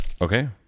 Okay